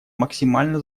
максимально